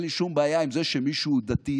אין לי שום בעיה עם זה שמישהו דתי,